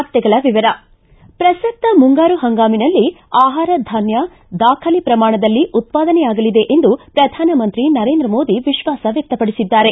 ವಾರ್ತೆಗಳ ವಿವರ ಪ್ರಸಕ್ತ ಮುಂಗಾರು ಹಂಗಾಮಿನಲ್ಲಿ ಆಹಾರಧಾನ್ಯ ದಾಖಲೆ ಪ್ರಮಾಣದಲ್ಲಿ ಉತ್ಪಾದನೆಯಾಗಲಿದೆ ಎಂದು ಪ್ರಧಾನಮಂತ್ರಿ ನರೇಂದ್ರ ಮೋದಿ ವಿಶ್ವಾಸ ವ್ಯಕ್ತಪಡಿಸಿದ್ದಾರೆ